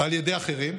ועל ידי אחרים.